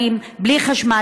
של כפרים לא מוכרים,